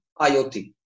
IoT